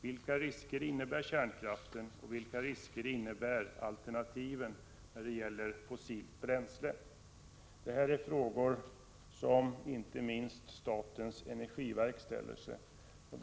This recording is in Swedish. Vilka risker innebär kärnkraften och vilka risker innebär alternativen med fossilt bränsle? Detta är frågor som inte minst statens energiverk ställer sig.